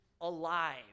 alive